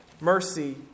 mercy